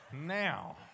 now